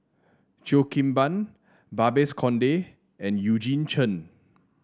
Cheo Kim Ban Babes Conde and Eugene Chen